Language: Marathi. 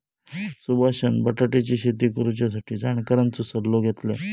सुभाषान बटाट्याची शेती करुच्यासाठी जाणकारांचो सल्लो घेतल्यान